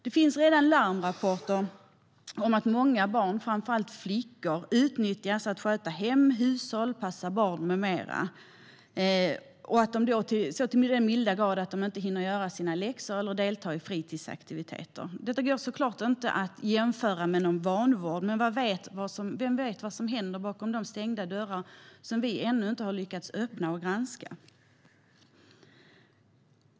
Det finns redan larmrapporter om att många barn, framför allt flickor, utnyttjas för att sköta hem och hushåll, passa barn med mera så till den milda grad att de inte hinner göra sina läxor eller delta i fritidsaktiviteter. Detta går såklart inte att jämföra med vanvård, men vem vet vad som händer bakom de stängda dörrar som vi ännu inte har lyckats öppna och granska?